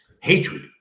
hatred